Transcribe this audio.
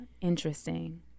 interesting